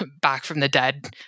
back-from-the-dead